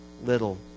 little